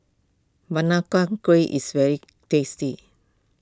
Kueh is very tasty